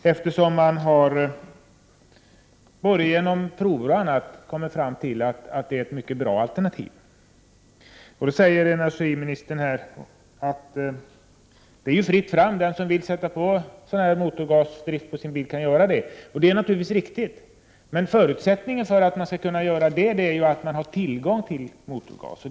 Både genom prover och på annat sätt har man ju kommit fram till att det är ett mycket bra alternativ. Energiministern säger att det är fritt fram, så att den som vill utrusta bilen för motorgasdrift kan göra det. Det är naturligtvis riktigt, men förutsättningen för att kunna göra detta är att det finns tillgång till motorgas.